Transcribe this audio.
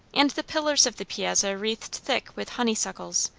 and the pillars of the piazza wreathed thick with honeysuckles,